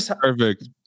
Perfect